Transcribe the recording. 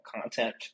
content